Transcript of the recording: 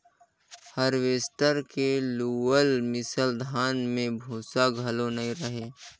harvester के लुअल मिसल धान में भूसा घलो नई रहें